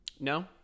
No